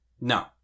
No